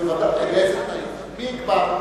בוודאי, איזה תנאים, מי יקבע?